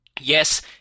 Yes